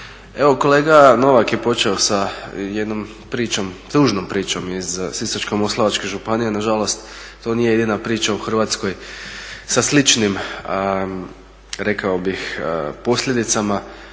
Evo kolega Novak je počeo sa jednom pričom, tužnom pričom iz Sisačko-moslavačke županije, nažalost to nije jedina priča u Hrvatskoj sa sličnim rekao bih posljedicama.